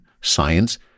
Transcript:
Science